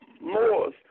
Moors